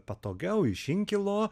patogiau iš inkilo